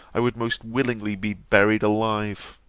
i would most willingly be buried alive.